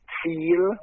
feel